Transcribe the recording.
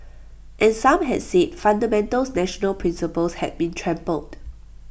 and some had said fundamental national principles had been trampled